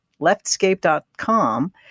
leftscape.com